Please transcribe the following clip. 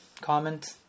comment